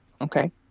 Okay